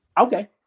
Okay